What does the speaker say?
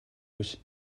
биш